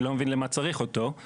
אני לא מבין למה צריך אותו.